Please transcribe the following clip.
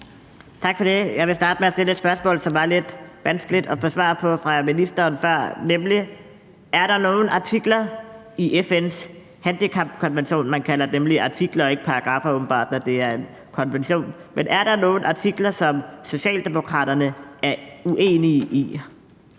Tak for det. Jeg vil starte med at stille et spørgsmål, som var lidt vanskeligt at få svar på fra ministeren før, nemlig: Er der nogle artikler i FN's handicapkonvention – man kalder det åbenbart artikler og ikke paragraffer, når det er konventioner – som Socialdemokraterne er uenige i?